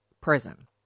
prison